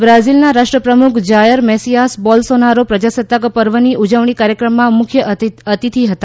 બ્રાઝિલના રાષ્ટ્રપ્રમુખ Jair Messias Bolsonaro પ્રજાસત્તાક પર્વની ઉજવણી કાર્યક્રમમાં મુખ્ય અતિથિ હતા